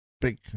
big